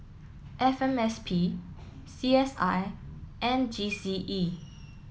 F M S P C S I and G C E